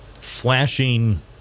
flashing